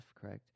correct